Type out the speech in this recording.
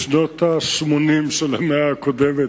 בשנות ה-80 של המאה הקודמת,